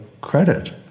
credit